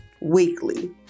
weekly